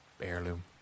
heirloom